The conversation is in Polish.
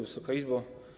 Wysoka Izbo!